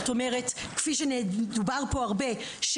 כפי שדובר פה הרבה,